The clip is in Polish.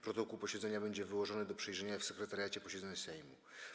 Protokół posiedzenia będzie wyłożony do przejrzenia w Sekretariacie Posiedzeń Sejmu.